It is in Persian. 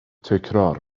تکرار